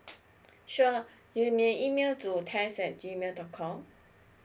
sure you may email to test at G mail dot com